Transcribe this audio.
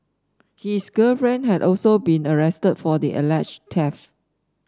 his girlfriend had also been arrested for the alleged theft